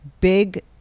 big